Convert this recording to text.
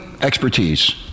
expertise